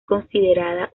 considerada